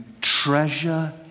treasure